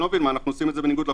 אנחנו עושים את זה בניגוד לחוק?